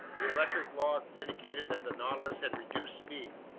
the electric log indicated that the nautilus had reduced speed.